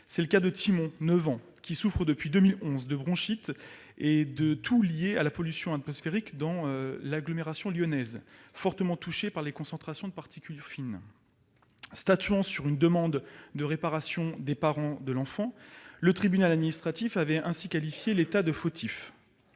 C'est le cas de Timon, neuf ans, qui souffre depuis 2011 de bronchites et de toux liées à la pollution atmosphérique dans l'agglomération lyonnaise, fortement touchée par les concentrations en particules fines. Statuant sur une demande de réparation des parents de l'enfant, le tribunal administratif avait ainsi qualifié l'État de « fautif